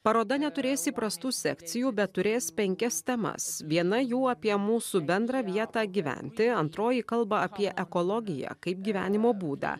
paroda neturės įprastų sekcijų bet turės penkias temas viena jų apie mūsų bendrą vietą gyventi antroji kalba apie ekologiją kaip gyvenimo būdą